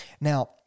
Now